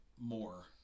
more